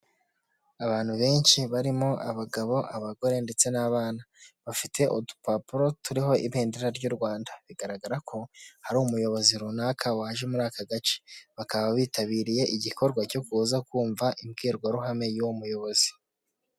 Abantu benshi barimo abagabo, abagore ndetse n'abana bafite udupapuro turiho ibendera ry'u Rwanda bigaragara ko hari umuyobozi runaka waje muri aka gace, bakaba bitabiriye igikorwa cyo kuza kumva imbwirwaruhame y'uwo muyobozi.